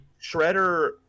Shredder